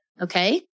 Okay